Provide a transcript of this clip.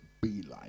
beeline